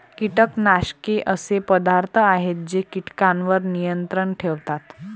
कीटकनाशके असे पदार्थ आहेत जे कीटकांवर नियंत्रण ठेवतात